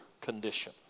condition